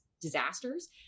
disasters